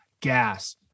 gas